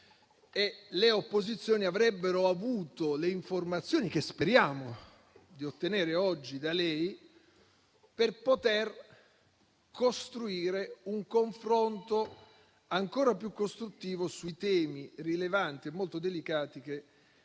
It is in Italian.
le opposizioni avrebbero avuto le informazioni, che speriamo di ottenere oggi da lei, per poter costruire un confronto ancora più costruttivo sui temi rilevanti e molto delicati che